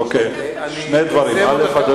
אין דיונים על החוק במליאה,